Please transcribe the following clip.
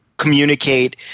communicate